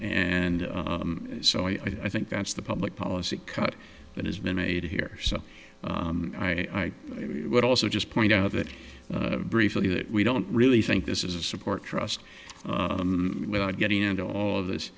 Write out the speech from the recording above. and so i think that's the public policy cut that has been made here so i would also just point out that briefly that we don't really think this is a support trust without getting into all of this